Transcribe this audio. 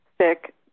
sick